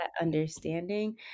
understanding